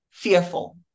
fearful